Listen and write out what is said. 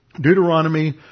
Deuteronomy